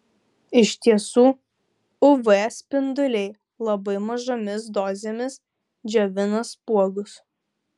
iš tiesų uv spinduliai labai mažomis dozėmis džiovina spuogus